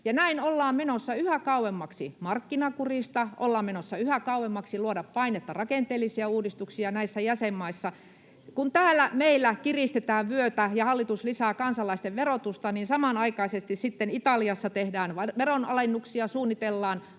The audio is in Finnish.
Näin ollaan menossa yhä kauemmaksi markkinakurista, ollaan menossa yhä kauemmaksi siitä, että luotaisiin painetta rakenteellisiin uudistuksiin näissä jäsenmaissa. Kun täällä meillä kiristetään vyötä ja hallitus lisää kansalaisten verotusta, niin samanaikaisesti sitten Italiassa tehdään veronalennuksia, suunnitellaan